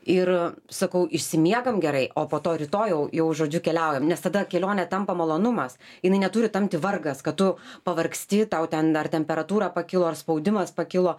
ir sakau išsimiegam gerai o po to rytoj jau jau žodžiu keliaujam nes tada kelionė tampa malonumas jinai neturi vargas kad tu pavargsti tau ten ar temperatūra pakilo ar spaudimas pakilo